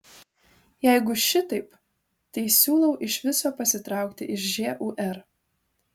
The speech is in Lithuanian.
jeigu šitaip tai siūlau iš viso pasitraukti iš žūr